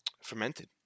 Fermented